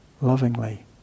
lovingly